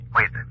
Wait